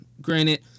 Granted